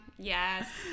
Yes